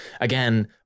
again